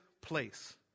place